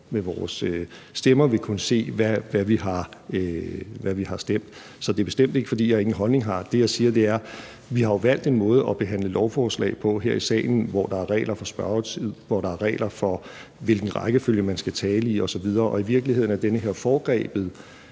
vi alle sammen vil kunne se, hvad vi har stemt. Så det er bestemt ikke, fordi jeg ingen holdning har. Det, jeg siger, er, at vi jo har valgt en måde at behandle lovforslag på her i salen, hvor der er regler for spørgetid, hvor der er regler for, hvilken rækkefølge man skal tale i osv. Og i virkeligheden er den her foregrebne